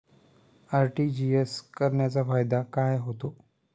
RTGS करण्याचा फायदा काय होतो?